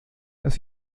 las